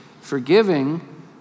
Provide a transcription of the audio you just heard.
forgiving